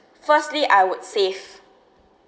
firstly I would save